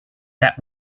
that